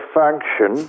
function